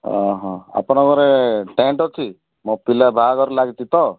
ହଁ ହଁ ଆପଣଙ୍କ ଠାରେ ଟେଣ୍ଟ୍ ଅଛି ମୋ ପିଲା ବାହାଘର ଲାଗିଛି ତ